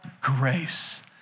grace